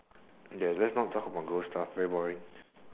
okay let's not talk about ghost stuff very boring